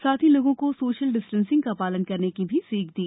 साथ ही लो ों को सोशल डिस्टेंसिं का पालन करने की भी सीख दी